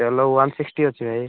ତେଲ one sixty ଅଛି ଭାଇ